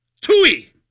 tui